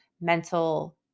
mental